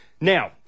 Now